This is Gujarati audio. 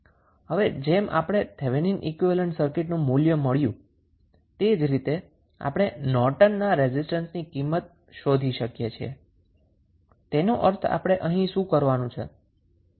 હવે જેમ આપણે થેવેનિન ઈક્વીવેલેન્ટ સર્કિટનું મૂલ્ય મળ્યું છે તેજ રીતે આપણે નોર્ટનના રેઝિસ્ટન્સની કિંમત શોધી શકીએ છીએ તેનો અર્થ આપણે અહીં શું કરવાનું છે